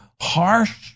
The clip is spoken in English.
harsh